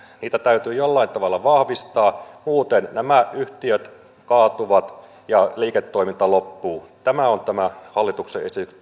niitä täytyy jollakin tavalla vahvistaa muuten nämä yhtiöt kaatuvat ja liiketoiminta loppuu tämä on tämän hallituksen